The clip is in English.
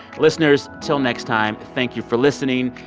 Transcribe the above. listeners, till next time, thank you for listening.